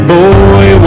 boy